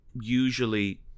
usually